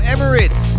Emirates